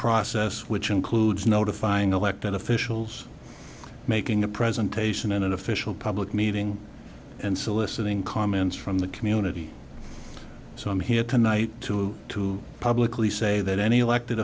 process which includes notifying elected officials making a presentation in an official public meeting and soliciting comments from the community so i'm here tonight to to publicly say that any elected